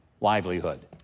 livelihood